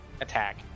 attack